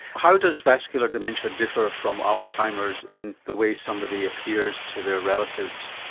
how does vascular dementia differ from alzheimer's in the way somebody appears to their relatives?